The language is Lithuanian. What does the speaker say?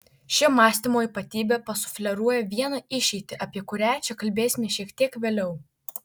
ši mąstymo ypatybė pasufleruoja vieną išeitį apie kurią čia kalbėsime šiek tiek vėliau